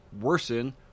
worsen